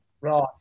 Right